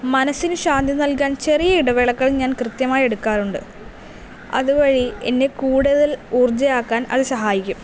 മനസ്സിന് ശാന്തി നൽകാൻ ചെറിയ ഇടവേളകളും ഞാൻ കൃത്യമായി എടുക്കാറുണ്ട് അതുവഴി എന്നെ കൂടുതൽ ഊർജയാക്കാൻ അത് സഹായിക്കും